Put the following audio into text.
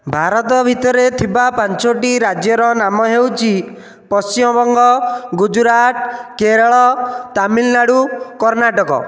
ଭାରତ ଭିତରେ ଥିବା ପାଞ୍ଚଗୋଟି ରାଜ୍ୟର ନାମ ହେଉଛି ପଶ୍ଚିମବଙ୍ଗ ଗୁଜୁରାଟ କେରଳ ତାମିଲନାଡୁ କର୍ଣ୍ଣାଟକ